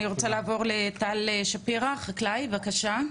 אני רוצה לעבור לטל שפירא, חקלאי, בבקשה.